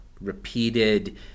repeated